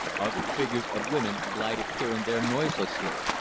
other figures, of women, glided here and there noiselessly.